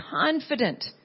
confident